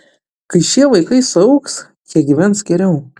kai šie vaikai suaugs jie gyvens geriau